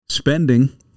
Spending